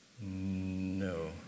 No